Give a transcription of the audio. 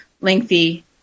lengthy